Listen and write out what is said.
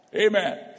Amen